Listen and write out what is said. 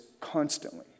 constantly